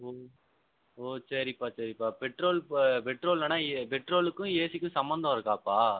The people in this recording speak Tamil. ஓ ஓ சரிப்பா சரிப்பா பெட்ரோல் இப்போ பெட்ரோல் இல்லைனா ஏ பெட்ரோலுக்கும் ஏசிக்கும் சம்மந்தம் இருக்காப்பா